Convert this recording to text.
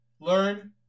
learn